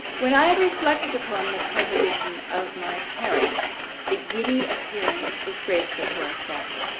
when i have reflected upon the prohibition of my parents the giddy appearance, disgraceful to our sex,